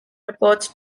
reports